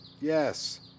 Yes